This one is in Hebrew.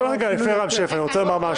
לפני רם שפע אני רוצה לומר משהו.